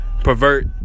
pervert